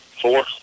four